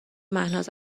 مهناز